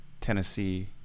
Tennessee